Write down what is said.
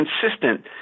consistent